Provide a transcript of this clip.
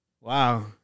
Wow